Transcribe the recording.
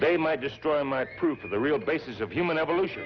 they might destroy my proof of the real basis of human evolution